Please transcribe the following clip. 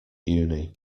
uni